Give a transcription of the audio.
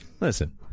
Listen